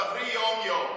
תעברי יום-יום,